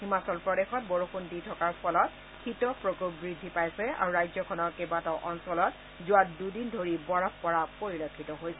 হিমাচল প্ৰদেশত বৰষুণ দি থকাৰ ফলত শীতৰ প্ৰকোপ বৃদ্ধি পাইছে আৰু ৰাজ্যখনৰ কেইবাটাও অঞ্চলত যোৱা দুদিন ধৰি বৰফ পৰা পৰিলক্ষিত হৈছে